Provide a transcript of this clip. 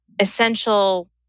essential